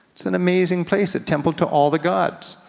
it's an amazing place, a temple to all the gods.